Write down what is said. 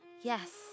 yes